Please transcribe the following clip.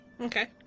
Okay